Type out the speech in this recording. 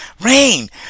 Rain